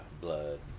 blood